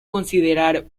considerar